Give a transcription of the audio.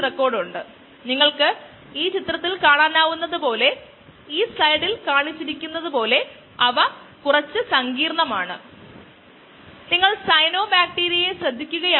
xzeroയിൽ നിന്നും x എത്തുന്ന സമയം ഇത് ബാച്ചിന്റെ ആകെ സമയമായിരിക്കും ഒരു നിശ്ചിത കോശങ്ങളുടെ സാന്ദ്രത